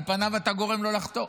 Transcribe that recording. על פניו אתה גורם לו לחטוא,